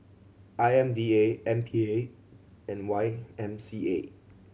I M D A M P A and Y M C A